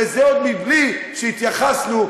וזה עוד מבלי שהתייחסנו,